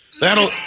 That'll